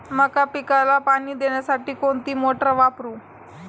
मका पिकाला पाणी देण्यासाठी कोणती मोटार वापरू?